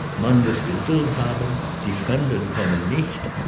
man muss geduldt haben! die fremden kommen nicht!